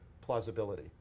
plausibility